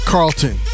Carlton